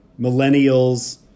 millennials